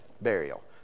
Burial